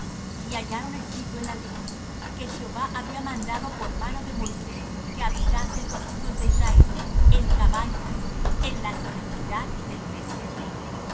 y hallaron escrito en la ley que jehová había mandado por mano de moisés que habitasen los hijos de israel en cabañas en la solemnidad del mes séptimo y